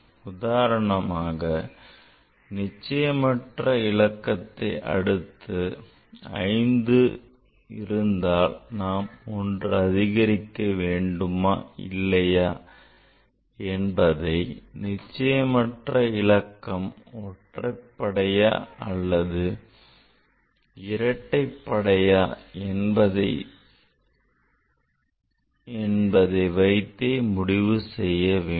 உதாரணமாக நிச்சயமற்ற இலக்கத்தை அடுத்து 5 இருந்தால் நாம் ஒன்று அதிகரிக்க வேண்டுமா இல்லையா என்பதை நிச்சயமற்ற இலக்கம் ஒற்றைப்படையா அல்லது இரட்டைப்படை எண்ணா என்பதை வைத்தே முடிவு செய்ய வேண்டும்